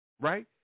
Right